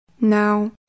Now